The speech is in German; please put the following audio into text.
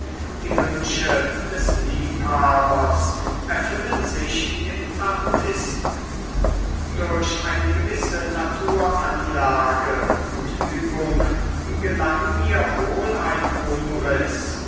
die wünsche des liebhabers erfüllen sich im artisten durch eine gewisse naturanlage und übung gelang mir wohl ein umriß